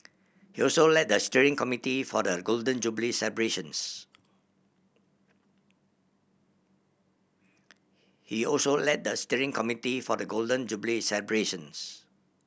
he also led the steering committee for the Golden Jubilee celebrations he also led the steering committee for the Golden Jubilee celebrations